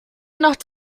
nacht